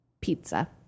Pizza